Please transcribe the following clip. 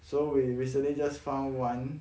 so we recently just found one